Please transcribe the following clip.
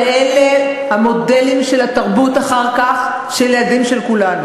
הרי אחר כך אלה המודלים של התרבות של הילדים של כולנו.